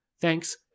Thanks